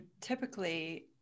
typically